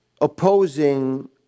opposing